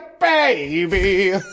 baby